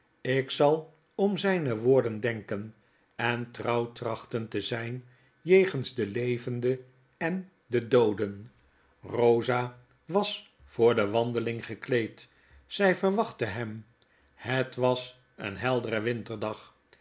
ik zal om zflne woorden denken en trouw trachten te zflnjegensde levende en de dooden rosa was voor de wandeling gekleed zjj verwachtte hem het was een heldere winterdag